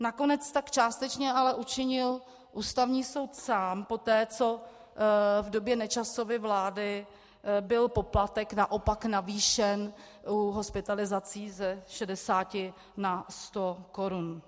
Nakonec tak ale částečně učinil Ústavní soud sám poté, co v době Nečasovy vlády byl poplatek naopak navýšen u hospitalizací ze 60 na 100 korun.